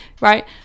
right